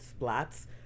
splats